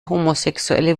homosexuelle